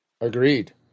Agreed